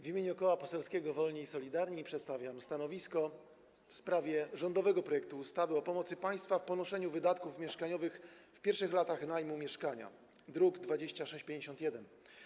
W imieniu Koła Poselskiego Wolni i Solidarni przedstawiam stanowisko w sprawie rządowego projektu ustawy o pomocy państwa w ponoszeniu wydatków mieszkaniowych w pierwszych latach najmu mieszkania, druk nr 2651.